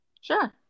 Sure